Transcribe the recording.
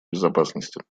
безопасности